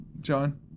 John